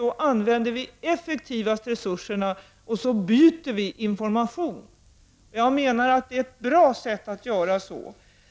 Då använder vi resurserna effektivast — och så by ter vi information. Jag menar att det är ett bra sätt,